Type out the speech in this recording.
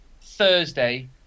Thursday